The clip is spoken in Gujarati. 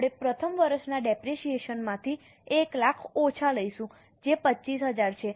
આપણે પ્રથમ વર્ષના ડેપરેશીયેશનમાંથી 1 લાખ ઓછા લઈશું જે 25000 છે